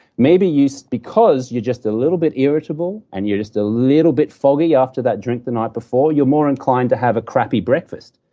maybe because you're just a little bit irritable, and you're just a little bit foggy after that drink the night before, you're more inclined to have a crappy breakfast.